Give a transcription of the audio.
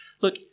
look